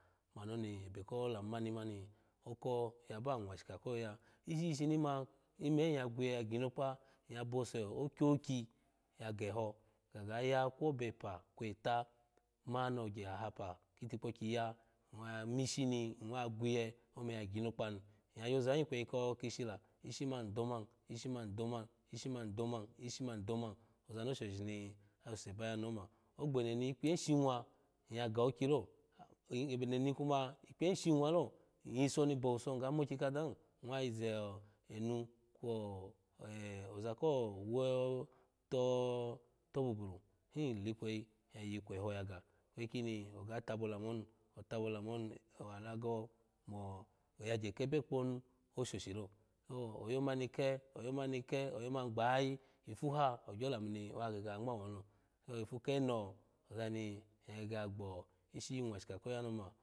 Mani oni ebe ko lamu mani mani oka yaba nwa shika koyoya ishi shishima ime in ya gwiye ya ginokpa in ya bose okiokyi ya geho gaga ya kwobe epa kwe eta mani ogye ahapa kitukpokyi ya ng wa mishi ni ng wa gwiye ome ya ginokpa ni in yo za hun ikweyi ko kishi la ishi ma ng doman ishi man ng doman ishi ma ng doman ishi ma ng doman ozani oshoshi ni asusu baya ni oma ogbeni ni ikpiye hin shinwa inya ga okyi lo oy eneni kuma ikpiye him shinwa lo in yiso ni ng bowuso ng mokyi kada hin ng waze enu kwo er oza ko wo to tobburu hin likweyi ya yiyi kweho yaga ikeyi kini ng ga tabo olamu oni o alago mo oogage kebye kponu oshoshi lo so oya mani ke oyo mani ke oya mami gbayayi ifu ha ogyo olamuni wa gege ya ngmawo nilo so ifu keno ozani ng ya gege ya gbo ishi nwashika koya ni oma.